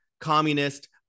communist